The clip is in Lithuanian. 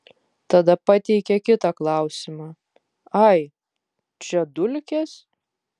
tada pateikė kitą klausimą ai čia dulkės